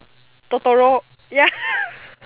Totoro ya